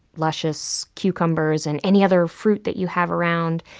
luscious cucumbers and any other fruit that you have around.